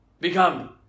become